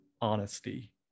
honesty